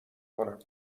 کنم